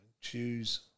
choose